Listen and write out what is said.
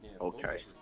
Okay